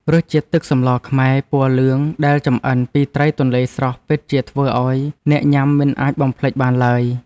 រសជាតិទឹកសម្លខ្មែរពណ៌លឿងដែលចម្អិនពីត្រីទន្លេស្រស់ពិតជាធ្វើឱ្យអ្នកញ៉ាំមិនអាចបំភ្លេចបានឡើយ។